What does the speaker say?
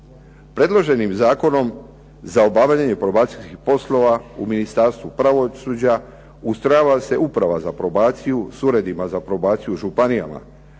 Predloženim zakonom za obavljanje probacijskih poslova u Ministarstvu pravosuđa ustrojava se Uprava za probaciju s uredima za probaciju u županijama